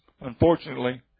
Unfortunately